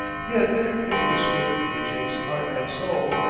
he had entered into the spirit of the chase heart and soul,